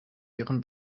ihren